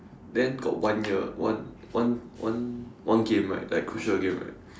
then got one year one one one one game right like crucial game right